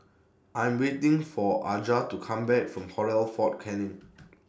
I Am waiting For Aja to Come Back from Hotel Fort Canning